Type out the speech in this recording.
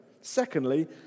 Secondly